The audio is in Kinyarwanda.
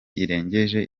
irengeje